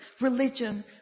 religion